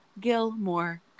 Gilmore